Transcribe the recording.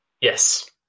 Yes